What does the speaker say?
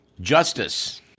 justice